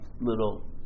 little